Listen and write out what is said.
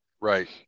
Right